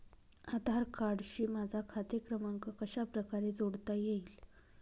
आधार कार्डशी माझा खाते क्रमांक कशाप्रकारे जोडता येईल?